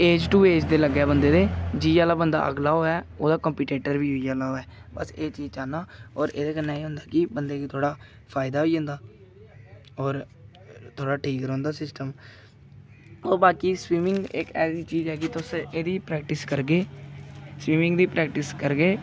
age to edge ते लग्गे बंदे दे जेहा आह्ला बंदा अगला होऐ ओह्दा कंपीटीटर बी उ'यै निहा होऐ बस एह् चीज चाह्न्नां होर एह्दे कन्नै एह् होंदा कि बंदे गी थोह्ड़ा फायदा होई जंदा होर थोह्ड़ा ठीक रौहंदा सिस्टम होर बाकी स्विमिंग इक ऐसी चीज ऐ कि अगर तुस एह्दी प्रैक्टिस करगे स्विमिंग दी प्रैक्टिस करगे